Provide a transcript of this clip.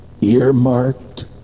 earmarked